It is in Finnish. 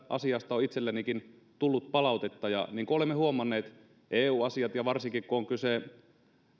asiasta on itsellenikin tullut palautetta ja niin kuin olemme huomanneet eu asiat ja varsinkin kun on kyse